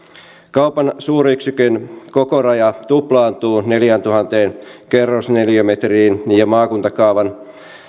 kaupan suuryksikön kokoraja tuplaantuu neljääntuhanteen kerrosneliömetriin ja maakuntakaavan